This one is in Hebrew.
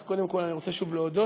אז קודם כול אני רוצה שוב להודות,